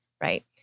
right